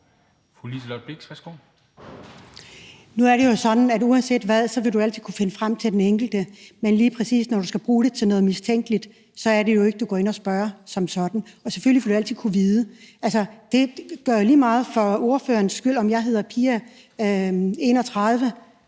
Nu er det jo sådan, at uanset hvad, vil du altid kunne finde frem til den enkelte, men lige præcis når du skal bruge det til noget mistænkeligt, er det jo ikke sådan, at du går ind og spørger som sådan. Selvfølgelig vil du altid kunne vide det. Det er jo lige meget for ordføreren, om jeg hedder Pia 31.